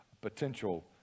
potential